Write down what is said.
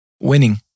Winning